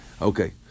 Okay